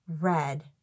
red